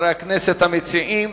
חברי הכנסת המציעים.